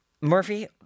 Murphy